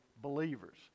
believers